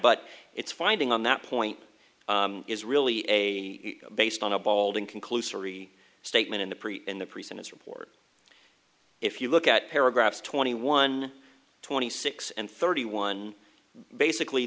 but it's finding on that point is really a based on a balding conclusory statement in the in the pre sentence report if you look at paragraphs twenty one twenty six and thirty one basically